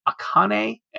Akane